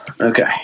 okay